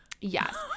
Yes